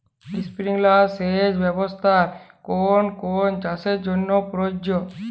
Sprinkler সেচ ব্যবস্থার কোন কোন চাষের জন্য প্রযোজ্য?